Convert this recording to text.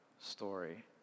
story